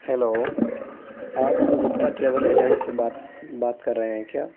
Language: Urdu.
ہیلو آپ گپتا ٹریول ایجنٹ سے بات بات کر رہے ہیں کیا